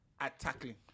attacking